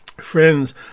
Friends